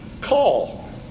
call